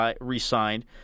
re-signed